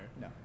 No